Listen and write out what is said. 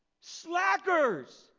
slackers